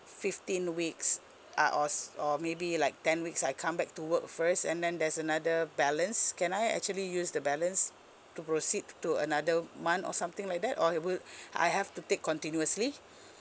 fifteen weeks uh or or maybe like ten weeks I come back to work first and then there's another balance can I actually use the balance to proceed to another month or something like that or will I have to take continuously